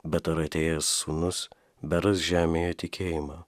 bet ir atėjęs sūnus beras žemėje tikėjimą